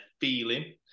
feeling